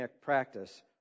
practice